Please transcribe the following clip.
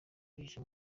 bihise